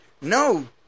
No